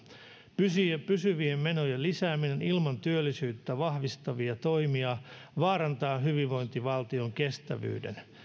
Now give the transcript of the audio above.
pysyvien pysyvien menojen lisääminen ilman työllisyyttä vahvistavia toimia vaarantaa hyvinvointivaltion kestävyyden